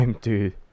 Dude